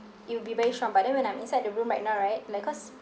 it will be very strong but then when I'm inside the room right now right like cause